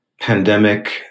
pandemic